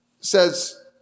says